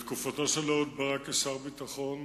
בתקופתו של אהוד ברק כשר הביטחון